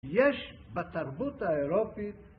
יש בתרבות האירופית